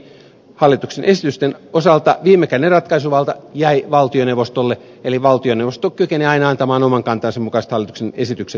hallituksen esitysten osalta viimekätinen ratkaisuvalta jäi valtioneuvostolle eli valtioneuvosto kykenee aina antamaan oman kantansa mukaiset hallituksen esitykset eduskunnalle